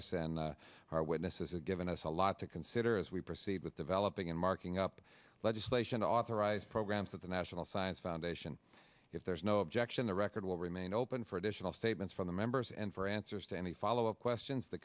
us and our witnesses and given us a lot to consider as we proceed with developing and marking up legislation to authorize programs at the national science foundation if there is no objection the record will remain open for additional statements from the members and for answers to any follow up questions t